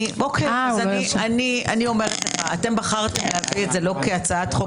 אני אומרת לכם: אתם בחרתם להביא את זה לא כהצעת חוק